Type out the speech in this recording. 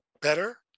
better